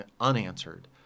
unanswered